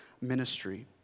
ministry